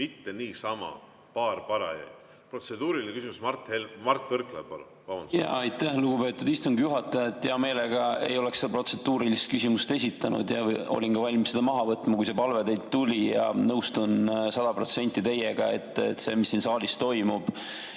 mitte niisama "paar parajaid". Protseduuriline küsimus, Mart Võrklaev, palun! Aitäh, lugupeetud istungi juhataja! Ma hea meelega ei oleks seda protseduurilist küsimust esitanud ja olin valmis seda maha võtma, kui see palve teilt tuli. Ma nõustun sada protsenti teiega, et see, mis siin saalis toimub,